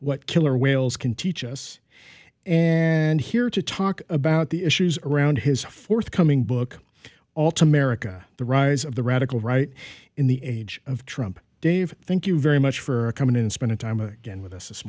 what killer whales can teach us and here to talk about the issues around his forthcoming book all to america the rise of the radical right in the age of trump dave thank you very much for coming in spending time again with us this